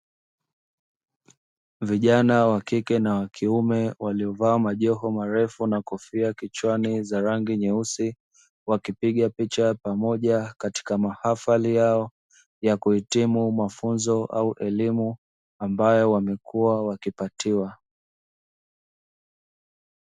Vijana wa kike na wa kiume waliovaa majoho marefu na kofia kichwani za rangi nyeusi, wakipiga picha ya pamoja katika mahafali yao ya kuhitimu mafunzo au elimu ambayo wamekua wakipatiwa.